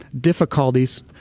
difficulties